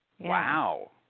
Wow